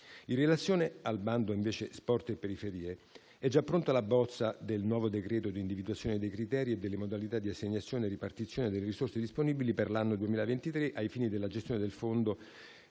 In relazione al bando «Sport e periferie», è già pronta la bozza del nuovo decreto di individuazione dei criteri e delle modalità di assegnazione e ripartizione delle risorse disponibili per l'anno 2023, ai fini della gestione del fondo,